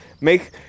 Make